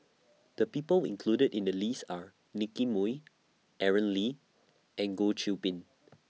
The People included in The list Are Nicky Moey Aaron Lee and Goh Qiu Bin